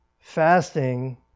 Fasting